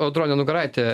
audronė nugaraitė